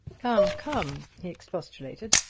come, come! he expostulated.